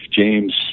James